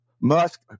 Musk